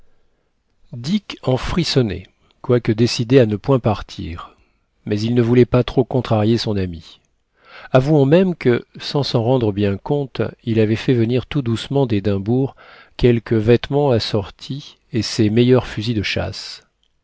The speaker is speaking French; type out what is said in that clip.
dick en frissonnait quoique décidé à ne point partir mais il ne voulait pas trop contrarier son ami avouons même que sans s'en rendre bien compte il avait fait venir tout doucement d'édimbourg quelques vêtements assortis et ses meilleurs fusils de chasse